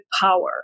power